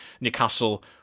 Newcastle